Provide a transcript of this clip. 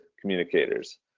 communicators